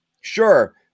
sure –